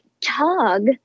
tug